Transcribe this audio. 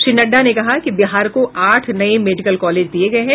श्री नड्डा ने कहा कि बिहार को आठ नए मेडिकल कॉलेज दिए गए हैं